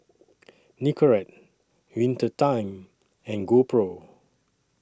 Nicorette Winter Time and GoPro